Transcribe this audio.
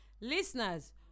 Listeners